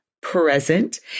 present